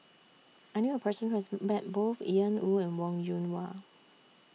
I knew A Person Who has Met Both Ian Woo and Wong Yoon Wah